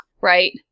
right